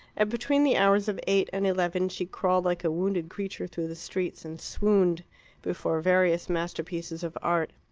and between the hours of eight and eleven she crawled like a wounded creature through the streets, and swooned before various masterpieces of art.